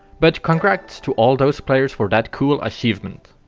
but congrats to all those players for that cool achievement!